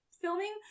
filming